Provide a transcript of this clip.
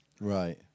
right